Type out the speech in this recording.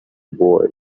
boy